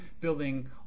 building